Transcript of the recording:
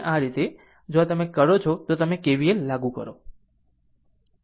આમ જો તમે કરો છો તો તમે KVL લાગુ કરો